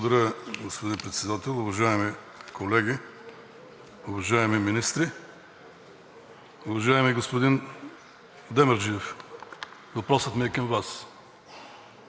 Благодаря. Господин Председател, уважаеми колеги, уважаеми министри! Уважаеми господин Демерджиев, въпросът ми е към Вас.